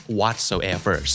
whatsoever